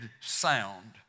sound